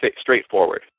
straightforward